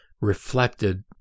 reflected